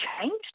changed